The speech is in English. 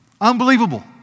Unbelievable